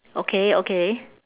okay okay